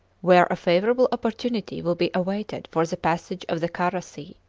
where a favourable opportunity will be awaited for the passage of the kara sea.